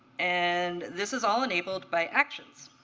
and this is all enabled by actions.